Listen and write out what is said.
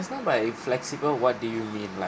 now by flexible what do you mean like